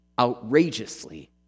outrageously